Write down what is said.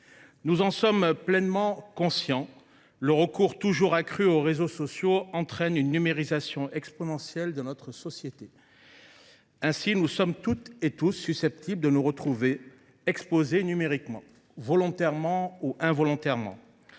Nous sommes pleinement conscients que le recours toujours accru aux réseaux sociaux entraîne une numérisation exponentielle de notre société. Ainsi sommes nous, toutes et tous, susceptibles de nous retrouver exposés numériquement, volontairement ou involontairement.